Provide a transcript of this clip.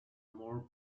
more